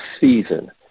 season